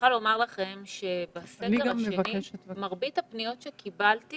מוכרחה לומר לכם שבסגר השני מרבית הפניות שקיבלתי